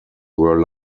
were